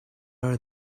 are